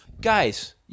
Guys